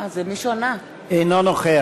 אינו נוכח